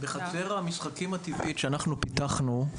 בחצר המשחקים הטבעית שאנחנו פיתחנו,